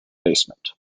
basement